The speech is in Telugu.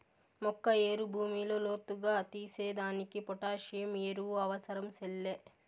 మొక్క ఏరు భూమిలో లోతుగా తీసేదానికి పొటాసియం ఎరువు అవసరం సెల్లే